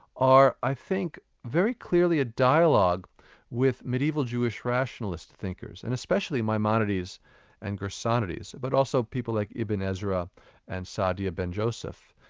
are i think very clearly a dialogue with mediaeval jewish rationalist thinkers, and especially maimonides and gersonides, ah but also people like ibn ezra and sa'adia ben joseph.